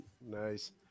nice